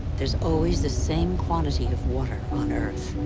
there's always the same quantity of water on earth.